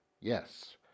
Yes